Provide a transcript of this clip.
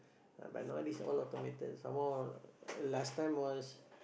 but nowadays all automated some more last time was